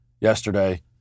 yesterday